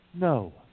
No